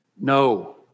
No